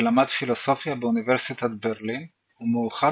ולמד פילוסופיה באוניברסיטת ברלין ומאוחר